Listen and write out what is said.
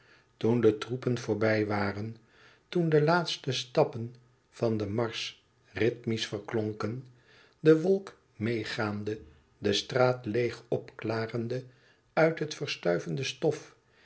toen de troepen voorbij waren toen de laatste stappen van den marsch rythmisch verklonken de wolk meêgaande de straat leêg opklarende uit het verstuivende stof